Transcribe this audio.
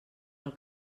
pel